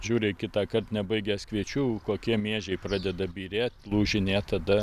žiūri kitąkart nebaigęs kviečių kokie miežiai pradeda byrėt lūžinėt tada